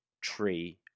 tree